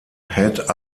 head